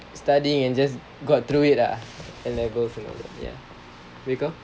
studying and just got through it ah and I go through it ya you go